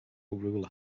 ruler